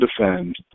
defend